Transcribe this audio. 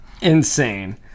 insane